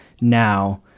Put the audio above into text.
now